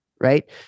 right